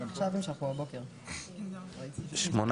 שמונה.